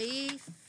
סעיף